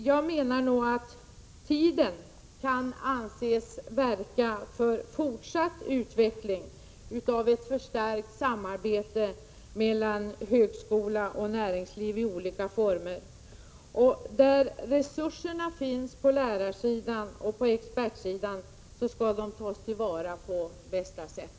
Jag menar att tiden kan anses verka för fortsatt utveckling av ett förstärkt samarbete mellan högskola och näringsliv i olika former. Där resurser finns på lärarsidan och expertsidan skall de tas till vara på bästa sätt.